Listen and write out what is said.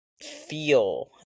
feel